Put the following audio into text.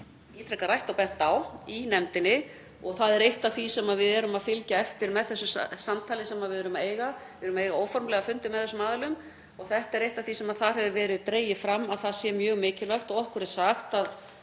ítrekað rætt og bent á í nefndinni. Það er eitt af því sem við erum að fylgja eftir með þessu samtali sem við erum að eiga, við eigum óformlega fundi með þessum aðilum. Eitt af því sem þar hefur verið dregið fram er að það sé mjög mikilvægt og okkur er sagt að